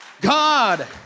God